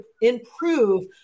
improve